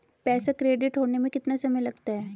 पैसा क्रेडिट होने में कितना समय लगता है?